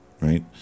Right